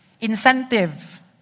Incentive